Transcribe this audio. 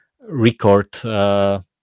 record